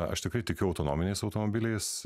aš tikrai tikiu autonominiais automobiliais